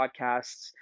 Podcasts